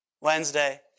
Wednesday